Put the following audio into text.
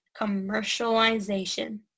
commercialization